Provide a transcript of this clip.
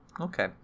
Okay